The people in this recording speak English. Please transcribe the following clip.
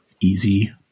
easy